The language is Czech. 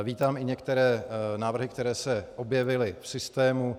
Vítám i některé návrhy, které se objevily v systému.